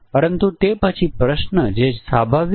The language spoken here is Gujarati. સૌથી સરળ ટી વે ફોલ્ટ એ 1 વે ફોલ્ટ છે